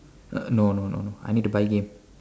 no no no no I need to buy game